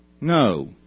No